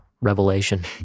revelation